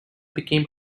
became